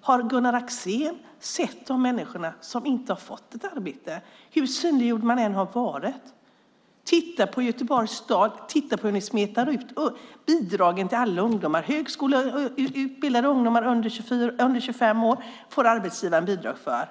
har Gunnar Axén sett de människor som inte har fått ett arbete, hur synliggjorda de än har varit? Titta på Göteborgs stad och hur ni smetar ut bidragen till alla ungdomar. Högskoleutbildade ungdomar under 25 år får arbetsgivarna bidrag för.